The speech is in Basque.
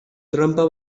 tranpa